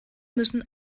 müssen